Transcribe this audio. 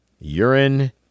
urine